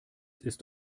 ist